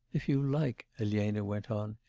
if you like elena went on,